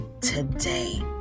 today